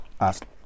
ask